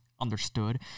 understood